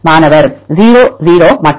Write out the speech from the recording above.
மாணவர் 0 0 மற்றும்